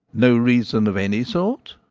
no reason of any sort?